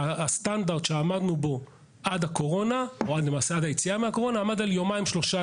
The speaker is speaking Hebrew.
והסטנדרט שעמדנו בו עד היציאה מהקורונה עמד על יומיים-שלושה